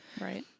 Right